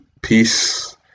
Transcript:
Peace